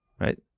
right